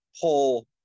pull